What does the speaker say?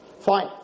Fine